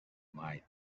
might